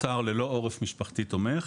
נותר ללא עורף משפחתי תומך.